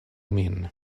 min